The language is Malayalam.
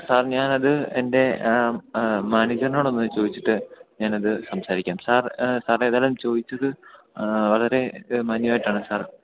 സാർ ഞാനത് എൻ്റെ മാനേജറോടൊന്ന് ചോദിച്ചിട്ട് ഞാനത് സംസാരിക്കാം സാർ സാറേതായാലും ചോദിച്ചത് വളരെ മാന്യമായിട്ടാണ് സാർ